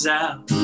out